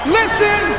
listen